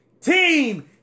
team